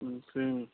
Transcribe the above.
ம் சரிங்க